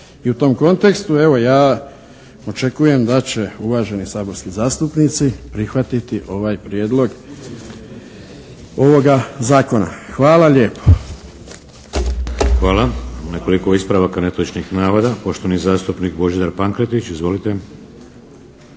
I u tom kontekstu evo ja očekujem da će uvaženi saborski zastupnici prihvatiti ovaj prijedlog ovoga zakona. Hvala lijepo. **Šeks, Vladimir (HDZ)** Hvala. Imamo nekoliko ispravaka netočnih navoda. Poštovani zastupnik Božidar Pankretić. Izvolite.